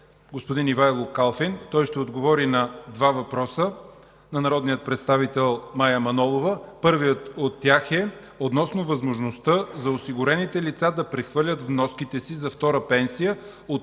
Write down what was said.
господин Ивайло Калфин. Той ще отговори на два въпроса на народния представител Мая Манолова. Първият въпрос е относно възможността за осигурените лица да прехвърлят вноските си за втора пенсия от